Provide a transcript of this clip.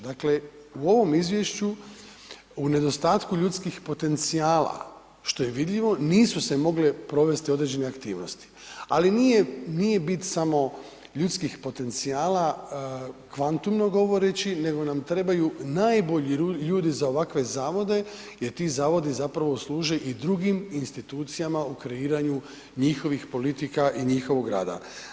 Dakle, u ovom izvješću u nedostatku ljudskih potencijala, što je vidljivo, nisu se mogle provesti određene aktivnosti, ali nije bit samo ljudskih potencijala kvantumno govoreći nego nam trebaju najbolji ljudi za ovakve zavode, jer ti zavodi zapravo služe i drugim institucijama u kreiranju njihovih politika i njihovog rada.